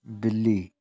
ਬਿੱਲੀ